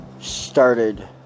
started